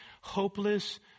hopeless